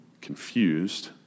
Confused